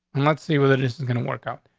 and let's see what it isn't gonna work out.